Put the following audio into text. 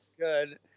good